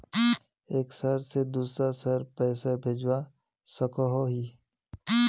एक शहर से दूसरा शहर पैसा भेजवा सकोहो ही?